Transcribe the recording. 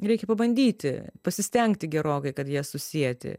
reikia pabandyti pasistengti gerokai kad jas susieti